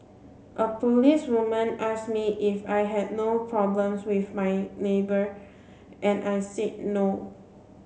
a policewoman asked me if I had no problems with my neighbour and I said no